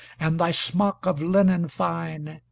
and thy smock of linen fine,